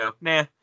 nah